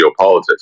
geopolitics